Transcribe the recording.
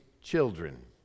children